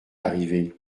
arrivé